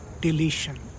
deletion